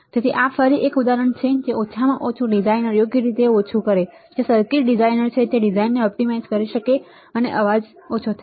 તેથી આ ફરી એક ઉદાહરણ છે કે ઓછામાં ઓછું ડિઝાઇનર યોગ્ય રીતે ઓછું કરો જે સર્કિટ ડિઝાઇનર છે તે ડિઝાઇનને ઑપ્ટિમાઇઝ કરી શકે છે જેથી અવાજ ઓછો થાય